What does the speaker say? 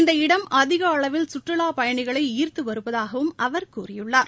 இந்த இடம் அதிக அளவில் சுற்றுலாப் பயணிகளை ஈர்த்து வருவதாகவும் அவர் கூறியுள்ளார்